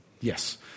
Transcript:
Yes